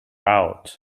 out